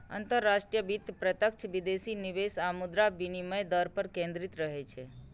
अंतरराष्ट्रीय वित्त प्रत्यक्ष विदेशी निवेश आ मुद्रा विनिमय दर पर केंद्रित रहै छै